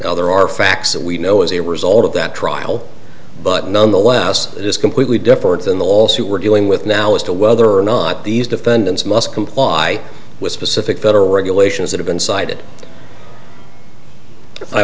well there are facts that we know as a result of that trial but nonetheless it is completely different than the lawsuit we're dealing with now as to whether or not these defendants must comply with specific federal regulations that have been cited i